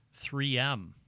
3M